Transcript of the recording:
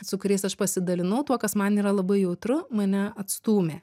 su kuriais aš pasidalinau tuo kas man yra labai jautru mane atstūmė